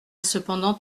cependant